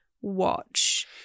watch